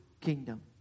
kingdom